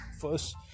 first